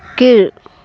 கீழ்